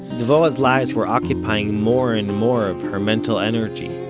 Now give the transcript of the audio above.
dvorah's lies were occupying more and more of her mental energy i